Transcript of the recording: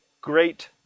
great